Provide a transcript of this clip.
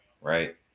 right